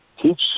teach